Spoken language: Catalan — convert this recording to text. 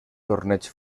torneig